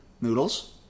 Noodles